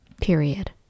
Period